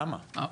למה?